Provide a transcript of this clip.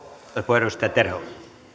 arvoisa